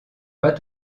pas